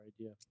idea